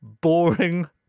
boring